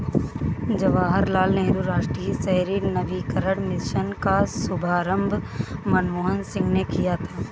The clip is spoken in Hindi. जवाहर लाल नेहरू राष्ट्रीय शहरी नवीकरण मिशन का शुभारम्भ मनमोहन सिंह ने किया था